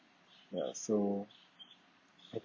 ya so